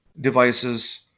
devices